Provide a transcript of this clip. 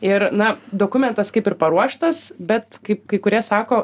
ir na dokumentas kaip ir paruoštas bet kaip kai kurie sako